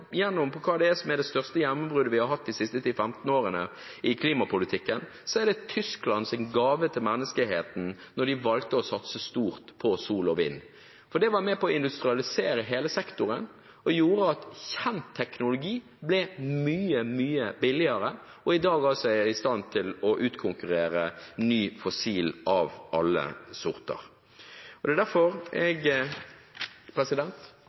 hva det er som er det største gjennombruddet vi har hatt de siste 10–15 årene i klimapolitikken, så er det Tysklands gave til menneskeheten da de valgte å satse stort på sol og vind. Det var med på å industrialisere hele sektoren og gjorde at kjent teknologi ble mye, mye billigere og er i dag i stand til å utkonkurrere ny fossil energi av alle slag. Jeg avslutter med det, og jeg